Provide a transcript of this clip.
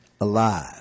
alive